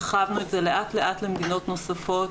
הרחבנו את זה לאט לאט למדינות נוספות.